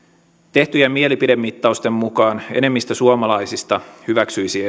tehtyjen mielipidemittausten mukaan enemmistö suomalaisista hyväksyisi